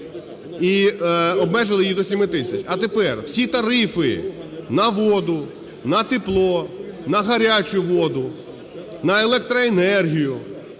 і обмежили її до 7 тисяч. А тепер всі тарифи на воду, на тепло, на гарячу воду, на електроенергію,